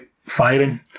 firing